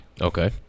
Okay